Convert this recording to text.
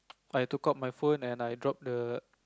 I took out my phone and I dropped the